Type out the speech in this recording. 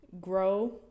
Grow